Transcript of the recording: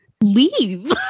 leave